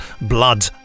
Blood